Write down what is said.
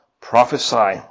prophesy